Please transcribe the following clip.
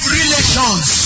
relations